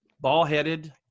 ball-headed